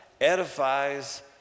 edifies